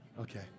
Okay